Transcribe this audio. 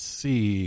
see